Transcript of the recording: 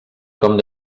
com